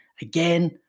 again